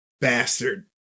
bastard